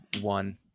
one